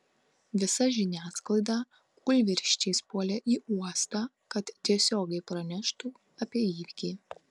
visa žiniasklaida kūlvirsčiais puolė į uostą kad tiesiogiai praneštų apie įvykį